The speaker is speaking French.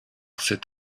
cet